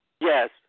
Yes